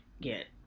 get